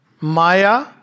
Maya